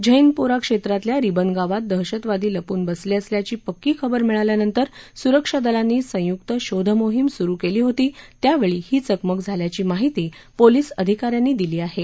झैनपोरा क्षमितल्या रिबन गावात दहशतवादी लपून बसल विसल्याची पक्की खबर मिळाल्यानंतर सुरक्षा दलांनी संयुक शोधमोहिम सुरु कल्ली होती त्यावछी ही चकमक झाल्याची माहिती पोलीस अधिकाऱ्यांनी दिली आहा